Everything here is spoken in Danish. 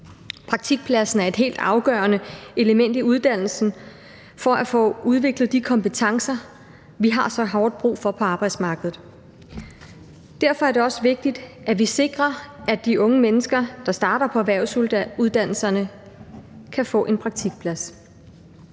Praktikpladsen er et helt afgørende element i uddannelsen for at få udviklet de kompetencer, vi har så hårdt brug for på arbejdsmarkedet. Derfor er det også vigtigt, at vi sikrer, at de unge mennesker, der starter på erhvervsuddannelserne, kan få en praktikplads.